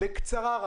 אבל בקצרה.